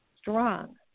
strong